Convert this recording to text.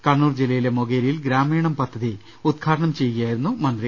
കണ്ണൂർ ജില്ലയിലെ മൊകേരിയിൽ ഗ്രാമീണം പദ്ധതി ഉദ്ഘാടനം ചെയ്യുകയായിരുന്നു മന്ത്രി